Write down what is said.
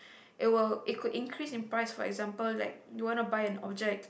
it will it could increase in price for example that you wana buy an object